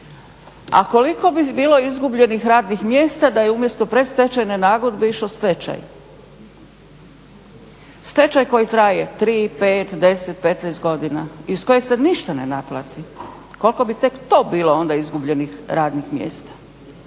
A koliko bi bilo izgubljenih radnih mjesta da je umjesto predstečajne nagodbe išao stečaj? Stečaj koji traje 3, 5, 10, 15 godina iz kojeg se ništa ne naplati, koliko bi tek to bilo onda izgubljenih radnih mjesta?